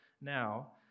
now